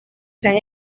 sean